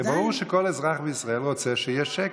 הרי ברור שכל אזרח בישראל רוצה שיהיה שקט,